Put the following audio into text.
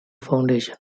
foundation